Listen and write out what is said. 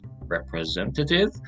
representative